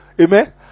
Amen